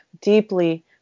deeply